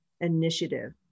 Initiative